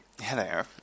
Hello